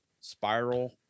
spiral